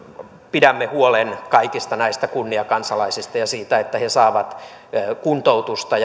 pidämme huolen kaikista näistä kunniakansalaisista ja siitä että he saavat kuntoutusta